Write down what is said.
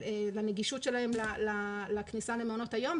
לנגישות שלהם לכניסה למעונות היום.